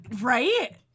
right